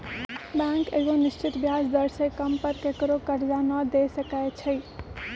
bank एगो निश्चित ब्याज दर से कम पर केकरो करजा न दे सकै छइ